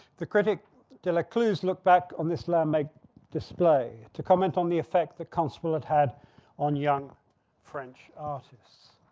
the critique delecluze look back on this laminate display to comment on the effect that constable had had on young french artist.